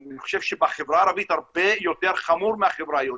אני חושב שבחברה הערבית הרבה יותר חמור מהחברה היהודית,